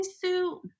suit